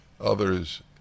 others